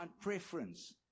preference